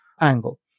angle